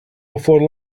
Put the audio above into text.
before